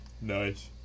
Nice